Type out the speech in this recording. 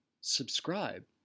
subscribe